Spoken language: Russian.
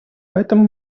поэтому